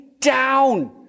down